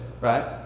Right